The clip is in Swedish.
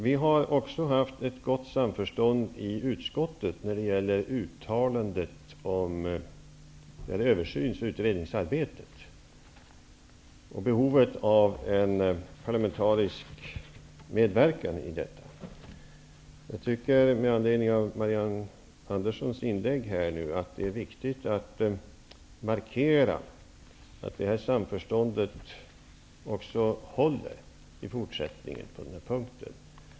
Vi har också haft ett gott samförstånd i utskottet beträffande uttalandet om översyns och utredningsarbetet och behovet av en parlamentarisk medverkan i detta. Jag tycker med anledning av Marianne Anderssons inlägg att det är viktigt att markera att det här samförståndet också håller i fortsättningen på den här punkten.